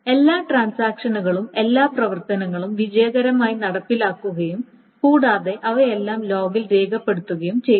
എല്ലാ ട്രാൻസാക്ഷനുകളും എല്ലാ പ്രവർത്തനങ്ങളും വിജയകരമായി നടപ്പിലാക്കുകയും കൂടാതെ അവയെല്ലാം ലോഗിൽ രേഖപ്പെടുത്തുകയും ചെയ്തു